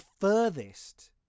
furthest